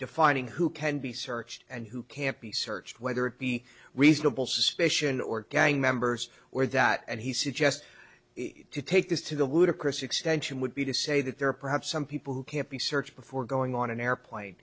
defining who can be searched and who can't be searched whether it be reasonable suspicion or gang members or that he suggests to take this to the ludicrous extension would be to say that there are perhaps some people who can't be searched before going on an airplane